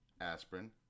aspirin